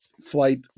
flight